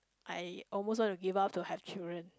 I almost want to give up to have children